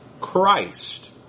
Christ